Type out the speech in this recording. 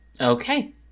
Okay